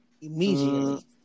immediately